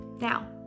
Now